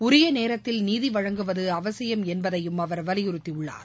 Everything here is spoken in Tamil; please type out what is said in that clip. உரிய நேரத்தில் நீதி வழங்குவது அவசியம் என்பதையும் அவர் வலியுறுத்தியுள்ளார்